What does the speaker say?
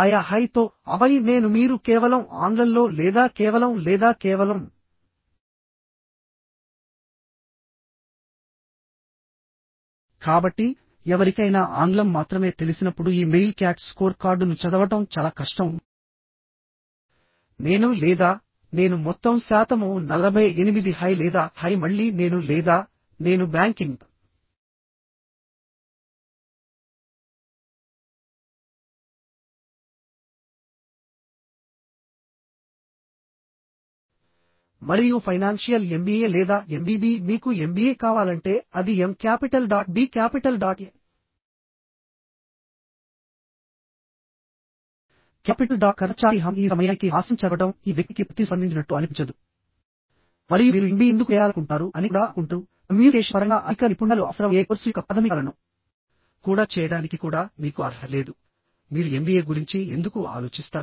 ఆయా హై తో ఆపై నేను మీరు కేవలం ఆంగ్లంలో లేదా కేవలం లేదా కేవలం కాబట్టి ఎవరికైనా ఆంగ్లం మాత్రమే తెలిసినప్పుడు ఈ మెయిల్ క్యాట్ స్కోర్ కార్డును చదవడం చాలా కష్టం నేను లేదా నేను మొత్తం శాతము 48 హై లేదా హై మళ్ళీ నేను లేదా నేను బ్యాంకింగ్ మరియు ఫైనాన్షియల్ ఎంబీఏ లేదా ఎంబీబీ మీకు ఎంబీఏ కావాలంటే అది M capital dot B capital dot A capital dot కర్ణ చాటి హమ్ ఈ సమయానికి హాస్యం చదవడం ఈ వ్యక్తికి ప్రతిస్పందించినట్లు అనిపించదు మరియు మీరు ఎంబీఏ ఎందుకు చేయాలనుకుంటున్నారు అని కూడా అనుకుంటారు కమ్యూనికేషన్ పరంగా అధిక నైపుణ్యాలు అవసరమయ్యే కోర్సు యొక్క ప్రాథమికాలను కూడా చేయడానికి కూడా మీకు అర్హత లేదు మీరు ఎంబీఏ గురించి ఎందుకు ఆలోచిస్తారు